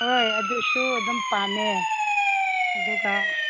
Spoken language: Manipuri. ꯍꯣꯏ ꯑꯗꯨꯁꯨ ꯑꯗꯨꯝ ꯄꯥꯝꯃꯦ ꯑꯗꯨꯒ